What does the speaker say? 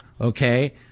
okay